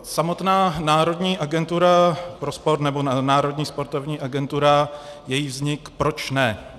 Samotná národní agentura pro sport, nebo Národní sportovní agentura, její vznik, proč ne?